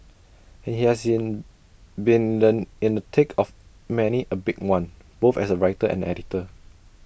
and he has been the in the thick of many A big one both as writer and editor